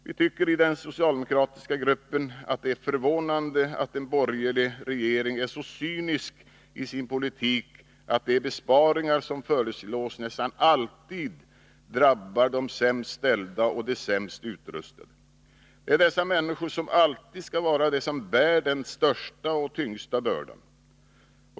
Vi tycker i den socialdemokratiska gruppen att det är förvånande att en borgerlig regering är så cynisk i sin politik, att den föreslår sådana besparingar som nästan alltid drabbar de sämst ställda och de sämst utrustade. Det är dessa människor som alltid får bära den största och tyngsta bördan.